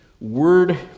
word